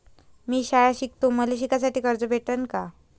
मी शाळा शिकतो, मले शिकासाठी कर्ज भेटन का?